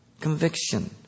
Conviction